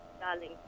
darling